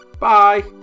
Bye